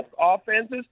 offenses